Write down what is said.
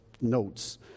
notes